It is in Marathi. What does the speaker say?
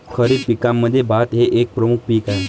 खरीप पिकांमध्ये भात हे एक प्रमुख पीक आहे